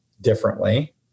differently